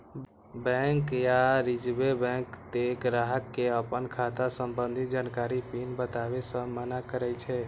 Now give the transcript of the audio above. bank आ reserve bank तें ग्राहक कें अपन खाता संबंधी जानकारी, पिन बताबै सं मना करै छै